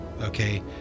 okay